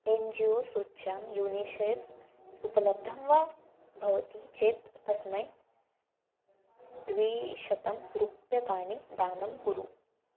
N G O सूच्यां UNICEF उपलब्धं वा भवति चेत् तस्मै द्विशतं रूप्यकाणि दानं कुरु